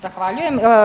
Zahvaljujem.